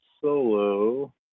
Solo